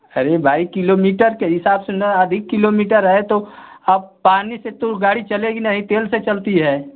अरे भाई कीलोमीटर के हिसाब से ना अधिक कीलोमीटर है तो अब पानी से तो गाड़ी चलेगी नहीं तेल से चलती है